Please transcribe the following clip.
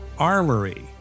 armory